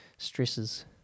Stresses